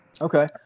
okay